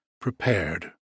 prepared